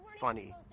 funny